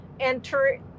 enter